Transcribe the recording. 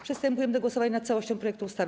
Przystępujemy do głosownia nad całością projektu ustawy.